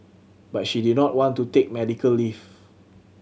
but she did not want to take medical leave